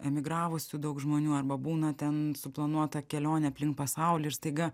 emigravusių daug žmonių arba būna ten suplanuota kelionė aplink pasaulį ir staiga